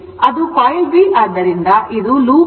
ಅದು coil B ಆದ್ದರಿಂದ ಇದು ಲೂಪ್ ಆಗಿದೆ